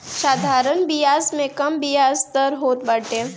साधारण बियाज में कम बियाज दर होत बाटे